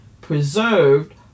Preserved